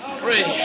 three